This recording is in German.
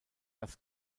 das